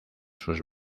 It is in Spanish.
sus